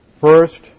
First